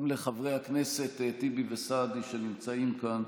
גם לחברי הכנסת טיבי וסעדי, שנמצאים כאן.